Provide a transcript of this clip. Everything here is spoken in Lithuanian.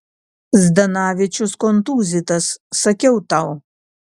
zdanavičius kontūzytas sakiau tau